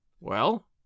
Well